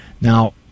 Now